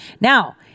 Now